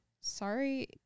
sorry